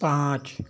पाँच